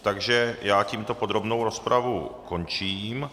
Takže já tímto podrobnou rozpravu končím.